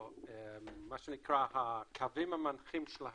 או מה שנקרא הקווים המנחים של ההשקעות,